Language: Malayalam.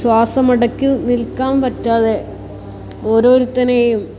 ശ്വാസമടക്കി നിൽക്കാൻ പറ്റാതെ ഓരോരുത്തനെയും